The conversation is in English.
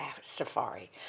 safari